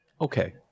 okay